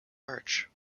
arch